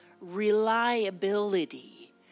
reliability